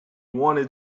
wanted